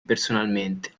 personalmente